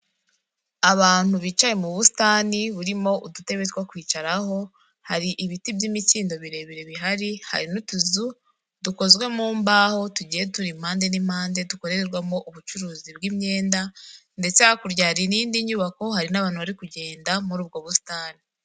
Abantu bicaye mu busitani burimo udutebe two kwicaraho hari ibiti by'imikindo birebire bihari, hari n'utuzu dukozwe mu mbaho tugiye turi impande n'impande dukorerwamo ubucuruzi bw'imyenda ndetse hakurya hari n'indi nyubako hari n'abantu bari kugenda muri ubwo busitani.